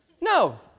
No